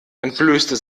entblößte